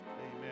Amen